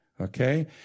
Okay